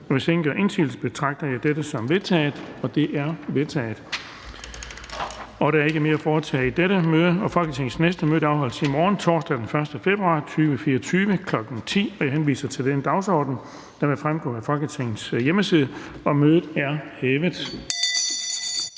--- Kl. 18:03 Meddelelser fra formanden Den fg. formand (Erling Bonnesen): Der er ikke mere at foretage i dette møde. Folketingets næste møde afholdes i morgen, torsdag den 1. februar 2024, kl. 10.00. Jeg henviser til den dagsorden, der vil fremgå af Folketingets hjemmeside. Mødet er hævet.